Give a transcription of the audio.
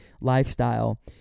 lifestyle